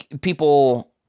people